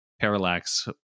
parallax